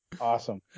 Awesome